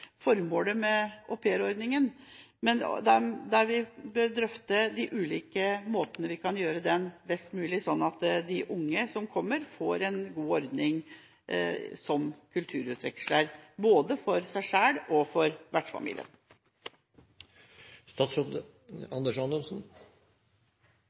formålet med aupairordningen, men der vi bør drøfte de ulike måtene for å gjøre den best mulig, sånn at de unge som kommer, får en god ordning som kulturutveksler, både for seg selv og for